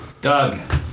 Doug